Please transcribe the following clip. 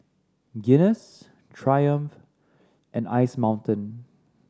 Guinness Triumph and Ice Mountain